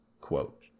Quote